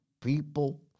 people